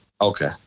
Okay